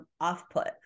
off-put